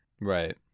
Right